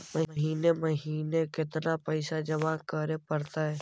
महिने महिने केतना पैसा जमा करे पड़तै?